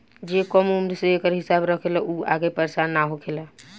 जे कम उम्र से एकर हिसाब रखेला उ आगे परेसान ना होखेला